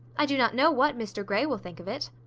i do not know what mr grey will think of it.